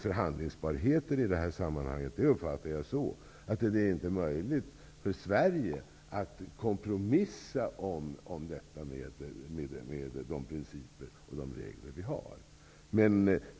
Förhandlingsbarheten i det här sammanhanget uppfattar jag så, att det inte är möjligt för Sverige att kompromissa om de principer och regler som vi har.